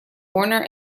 warner